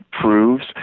proves